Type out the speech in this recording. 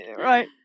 right